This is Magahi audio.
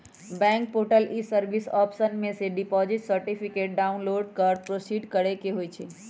बैंक पोर्टल के ई सर्विस ऑप्शन में से डिपॉजिट सर्टिफिकेट डाउनलोड कर प्रोसीड करेके होइ छइ